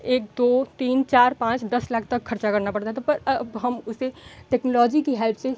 एक दो तीन चार पाँच दस लाख तक खर्चा करना पड़ता था पर अब हम उसे टेक्नोलॉजी की हेल्प से